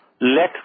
let